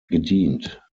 gedient